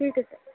ٹھیک ہے سر